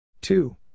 Two